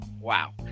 Wow